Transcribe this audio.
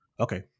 Okay